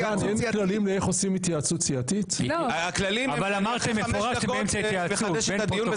הכללים הם שאחרי חמש דקות אני מחדש את הדיון,